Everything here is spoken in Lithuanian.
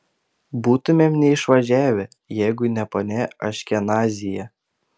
būtumėm neišvažiavę jeigu ne ponia aškenazyje